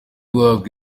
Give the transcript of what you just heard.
guhabwa